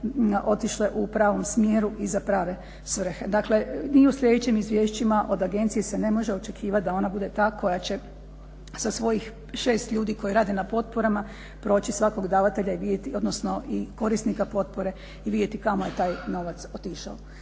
otišle u pravom smjeru i za prave svrhe. Dakle ni u sljedećim izvješćima od agencije se ne može očekivati da ona bude ta koja će sa svojih 6 ljudi koji rade na potporama proći svakog davatelja i vidjeti odnosno korisnika potpore i vidjeti kamo je taj novac otišao.